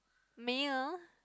meal